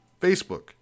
Facebook